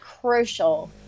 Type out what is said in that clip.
crucial